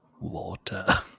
Water